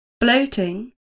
bloating